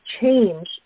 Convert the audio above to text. change